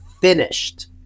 finished